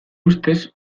ustez